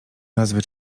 nazwy